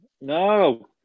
No